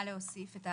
מה להוסיף?